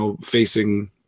facing